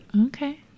Okay